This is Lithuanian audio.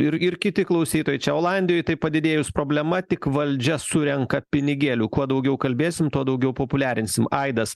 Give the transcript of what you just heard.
ir ir kiti klausytojai čia olandijoj tai padidėjus problema tik valdžia surenka pinigėlių kuo daugiau kalbėsim tuo daugiau populiarinsim aidas